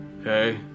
okay